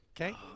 Okay